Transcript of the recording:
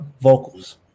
vocals